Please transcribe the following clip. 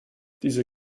diese